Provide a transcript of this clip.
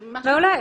מעולה.